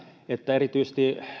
että erityisesti